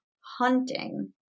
hunting